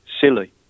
silly